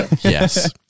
Yes